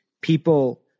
people